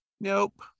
Nope